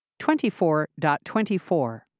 24.24